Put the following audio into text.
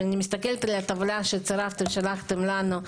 אני מסתכלת על הטבלה ששלחתם לנו,